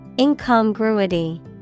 Incongruity